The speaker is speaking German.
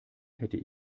hätte